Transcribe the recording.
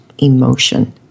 emotion